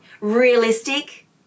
realistic